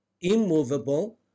immovable